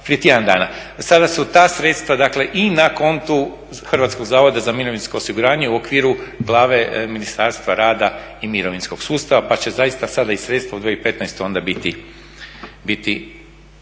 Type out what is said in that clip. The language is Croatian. prije tjedan dana, sada su ta sredstva dakle i na kontu Hrvatskog zavoda za mirovinsko osiguranje u okviru glave Ministarstva rada i mirovinskog sustava pa će zaista sada i sredstva u 2015. onda biti